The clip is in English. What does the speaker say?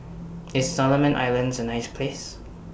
IS Solomon Islands A nice Place